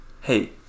hey